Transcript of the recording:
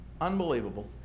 Unbelievable